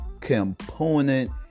component